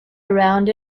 around